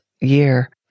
year